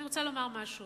אני רוצה לומר משהו,